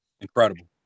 Incredible